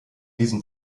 diesem